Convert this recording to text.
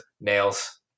nails